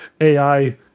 AI